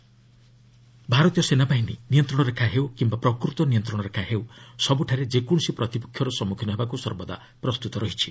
ବିଜୟ ଦିବସ ଭାରତୀୟ ସେନାବାହିନୀ ନିୟନ୍ତ୍ରଣ ରେଖା ହେଉ କିମ୍ବା ପ୍ରକୃତ ନିୟନ୍ତ୍ରଣ ରେଖା ହେଉ ସବୁଠାରେ ଯେକୌଣସି ପ୍ରତିପକ୍ଷର ସମ୍ମୁଖୀନ ହେବାକୁ ସର୍ବଦା ପ୍ରସ୍ତୁତ ରହିଛି